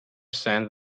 send